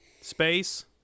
Space